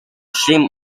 slim